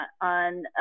on